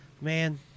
man